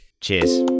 Cheers